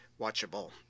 watchable